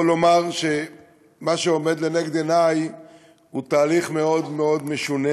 יכול לומר שמה שעומד לנגד עיני הוא תהליך מאוד מאוד משונה.